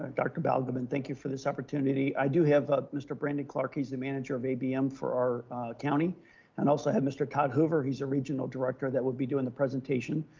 ah dr. balgobin thank you for this opportunity. i do have ah mr. brandon clark, he's the manager of abm for our county and also have mr. todd hoover. he's a regional director that will be doing the presentation.